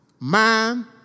man